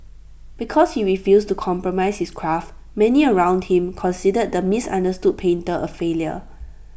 because he refused to compromise his craft many around him considered the misunderstood painter A failure